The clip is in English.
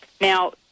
Now